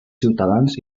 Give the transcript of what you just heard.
ciutadans